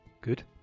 Good